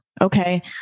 Okay